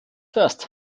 first